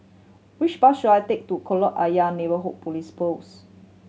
which bus should I take to Kolam Ayer Neighbourhood Police Post